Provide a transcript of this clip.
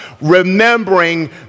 remembering